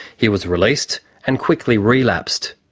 he was released and quickly relapsed.